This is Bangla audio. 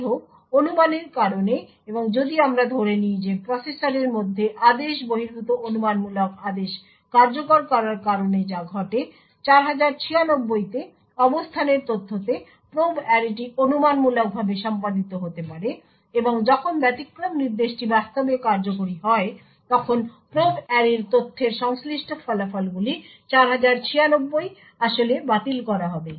যাইহোক অনুমানের কারণে এবং যদি আমরা ধরে নিই যে প্রসেসরের মধ্যে আদেশ বহির্ভূত অনুমানমূলক আদেশ কার্যকর করার কারণে যা ঘটে 4096 এ অবস্থানের তথ্যতে প্রোব অ্যারেটি অনুমানমূলকভাবে সম্পাদিত হতে পারে এবং যখন ব্যতিক্রম নির্দেশটি বাস্তবে কার্যকরি হয় তখন প্রোব অ্যারের তথ্যের সংশ্লিষ্ট ফলাফলগুলি 4096 আসলে বাতিল করা হবে